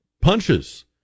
punches